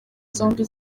zombi